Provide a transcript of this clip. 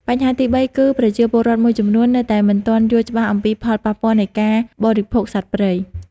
បញ្ហាទីបីគឺ ប្រជាពលរដ្ឋមួយចំនួននៅតែមិនទាន់យល់ច្បាស់អំពីផលប៉ះពាល់ នៃការបរិភោគសត្វព្រៃ។